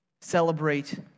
celebrate